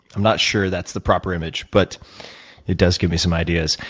i'm not sure that's the proper image. but it does give me some ideas.